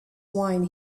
wine